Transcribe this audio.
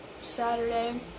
Saturday